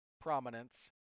prominence